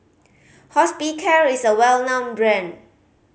Hospicare is a well known brand